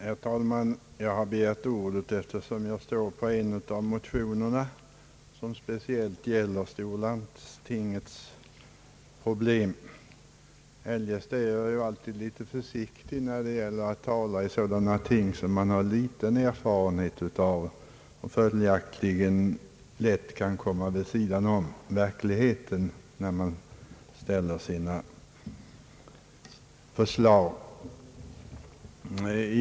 Herr talman! Jag har begärt ordet, eftersom mitt namn står på en av de motioner som tar upp storlandstingets problem. Eljest är jag alltid litet försiktig när det gäller att tala i sådana ting som jag har liten erfarenhet av och där det följaktligen är lätt att komma vid sidan av verkligheten när man framställer sina förslag.